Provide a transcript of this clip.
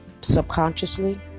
subconsciously